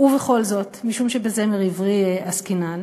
ובכל זאת, משום שבזמר עברי עסקינן,